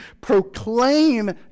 proclaim